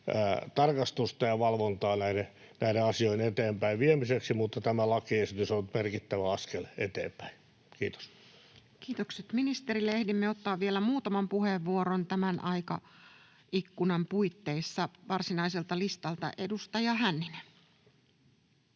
työsuojelutarkastusta ja valvontaa näiden asioiden eteenpäin viemiseksi, mutta tämä lakiesitys on nyt merkittävä askel eteenpäin. — Kiitos. Kiitokset ministerille. — Ehdimme ottaa vielä muutaman puheenvuoron tämän aikaikkunan puitteissa varsinaiselta listalta. — Edustaja Hänninen.